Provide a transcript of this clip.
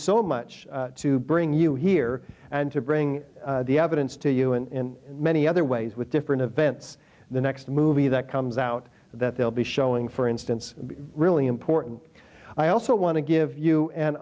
so much to bring you here and to bring the evidence to you in many other ways with different events the next movie that comes out that they'll be showing for instance really important i also want to give you an